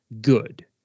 good